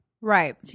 Right